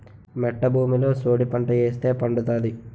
మెట్ట భూమిలో సోడిపంట ఏస్తే పండుతాది